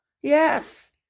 Yes